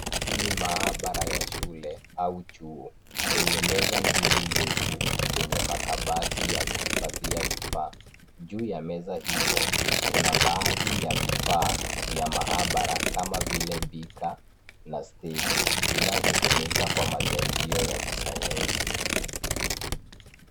Ni maabara, ya shule au chuo ,yenye meza mbili ndefu, yenye makabati ya kuhifadhia vifaa, juu ya meza hizo, kuna baadhi ya vifaa vya maabara kama vile beaker , na stedi zinazotumika kwa majaribio ya kisayansi.